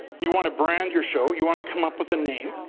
you want to brand your show, you want to come up with a name.